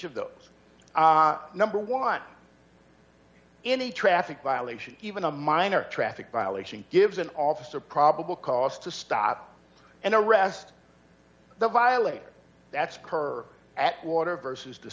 of those number one any traffic violation even a minor traffic violation gives an officer probable cause to stop and arrest the violator that's occurring at water versus the